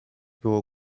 było